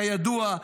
כידוע,